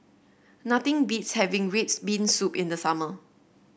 nothing beats having red bean soup in the summer